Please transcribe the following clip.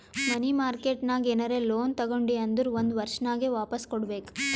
ಮನಿ market ನಾಗ್ ಏನರೆ loan ತಗೊಂಡಿ ಅಂದುರ್ ಒಂದ್ ವರ್ಷನಾಗೆ ವಾಪಾಸ್ ಕೊಡ್ಬೇಕ್